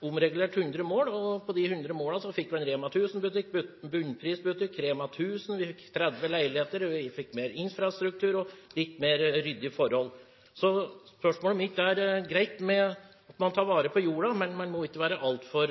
omregulert 100 mål. På de 100 målene fikk vi en Rema 1000-butikk og en Bunnpris-butikk, vi fikk 30 leiligheter, vi fikk infrastruktur og litt mer ryddige forhold. Det er greit at man tar vare på jorda, men man må ikke være altfor